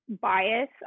bias